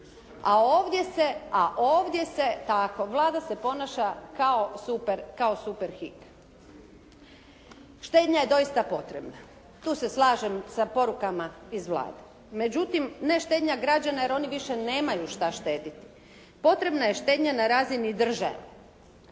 siromašnim, a ovdje se Vlada se ponaša kao Super Hik. Štednja je doista potrebna. Tu se slažem sa porukama iz Vlade. Međutim ne štednja građana, jer oni više nemaju šta štediti. Potrebna je štednja na razini države.